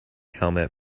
helmet